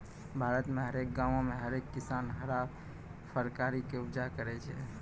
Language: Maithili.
भारत मे हरेक गांवो मे हरेक किसान हरा फरकारी के उपजा करै छै